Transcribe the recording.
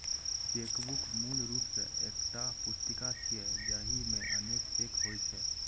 chequebook मूल रूप सं एकटा पुस्तिका छियै, जाहि मे अनेक चेक होइ छै